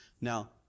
Now